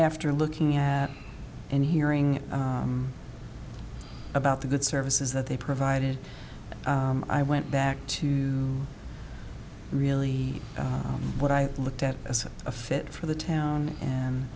after looking at and hearing about the good services that they provided i went back to really what i looked at as a fit for the town and